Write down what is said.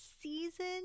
Season